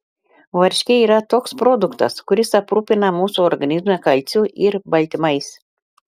varškė yra toks produktas kuris aprūpina mūsų organizmą kalciu ir baltymais